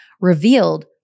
revealed